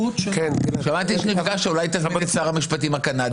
אולי תיפגש עם שר המשפטים הקנדי?